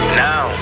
now